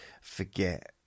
forget